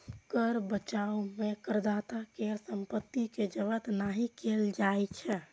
कर बचाव मे करदाता केर संपत्ति कें जब्त नहि कैल जाइ छै